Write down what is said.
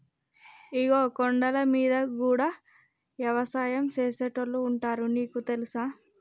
ఇగో కొండలమీద గూడా యవసాయం సేసేటోళ్లు ఉంటారు నీకు తెలుసా